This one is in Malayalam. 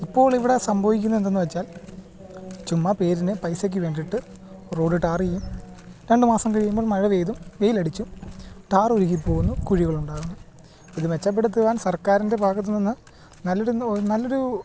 ഇപ്പോളിവിടെ സംഭവിക്കുന്നതെന്തെന്ന് വെച്ചാൽ ചുമ്മാ പേരിന് പൈസയ്ക്ക് വേണ്ടിയിട്ട് റോഡ് ടാർ ചെയ്യും രണ്ട് മാസം കഴിയുമ്പോൾ മഴ പെയ്തും വെയിലടിച്ചും ടാറ് ഉരുകിപ്പോവുന്നു കുഴികളുണ്ടാകുന്നു ഇത് മെച്ചപ്പെടുത്തുവാൻ സർക്കാരിൻ്റെ ഭാഗത്തു നിന്ന് നല്ലൊരു നല്ലൊരു